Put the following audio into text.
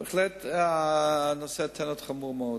בהחלט, נושא האנטנות חמור מאוד.